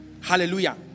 Hallelujah